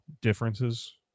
differences